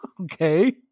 Okay